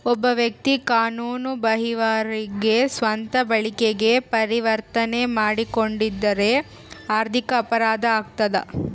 ಒಬ್ಬ ವ್ಯಕ್ತಿ ಕಾನೂನು ಬಾಹಿರವಾಗಿ ಸ್ವಂತ ಬಳಕೆಗೆ ಪರಿವರ್ತನೆ ಮಾಡಿಕೊಂಡಿದ್ದರೆ ಆರ್ಥಿಕ ಅಪರಾಧ ಆಗ್ತದ